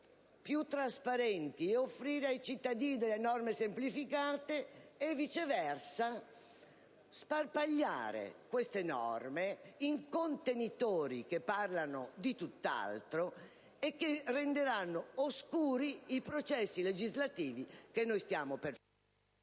e trasparenza offrendo ai cittadini norme semplificate, o viceversa sparpagliare le stesse in contenitori che parlano di tutt'altro e che renderanno oscuri i processi legislativi che stiamo per